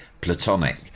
platonic